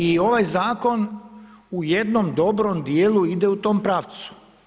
I ovaj zakon u jednom dobrom dijelu ide u tom pravcu.